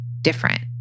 different